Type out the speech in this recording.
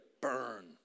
burn